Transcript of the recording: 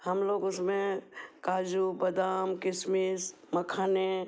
हम लोग उसमें काजू बदाम किसमिस मखाने